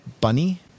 bunny